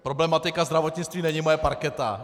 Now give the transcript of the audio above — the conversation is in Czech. Problematika zdravotnictví není moje parketa.